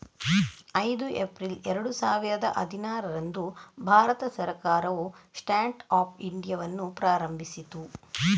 ಐದು ಏಪ್ರಿಲ್ ಎರಡು ಸಾವಿರದ ಹದಿನಾರರಂದು ಭಾರತ ಸರ್ಕಾರವು ಸ್ಟ್ಯಾಂಡ್ ಅಪ್ ಇಂಡಿಯಾವನ್ನು ಪ್ರಾರಂಭಿಸಿತು